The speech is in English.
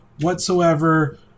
whatsoever